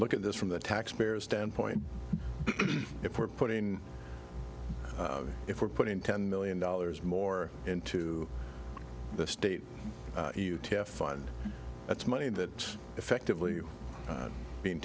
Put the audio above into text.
look at this from the taxpayers standpoint if we're putting if we're putting ten million dollars more into the state fund that's money that effectively being